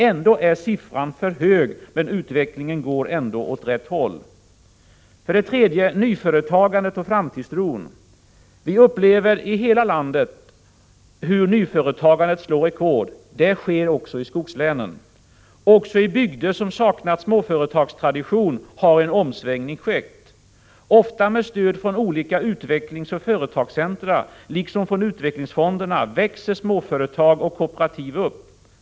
Ändå är siffran för hög — men utvecklingen går åt rätt håll. För det tredje: nyföretagandet och framtidstron. Vi upplever i hela landet hur nyföretagandet slår rekord. Det sker också i skogslänen. Också i bygder som saknat småföretagartradition har en omsvängning skett. Ofta med stöd från olika utvecklingsoch företagarcentra, liksom från utvecklingsfonderna, växer småföretag och kooperativ upp.